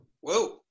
Whoa